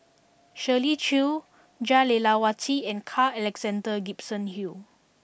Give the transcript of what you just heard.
Shirley Chew Jah Lelawati and Carl Alexander Gibson Hill